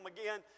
again